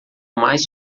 mais